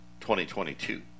2022